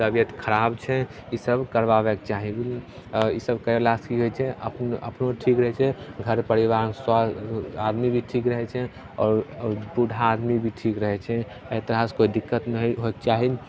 तबिअत खराब छै ईसब करबाबैके चाही ईसब करेलासे कि होइ छै अपनो अपनो ठीक रहै छै घर परिवारमे सभ आदमी भी ठीक रहै छै आओर आओर बूढ़ा आदमी भी ठीक रहै छै एहि तरहसे कोइ दिक्कत नहि होइ होइके चाही